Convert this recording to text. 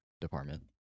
department